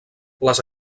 les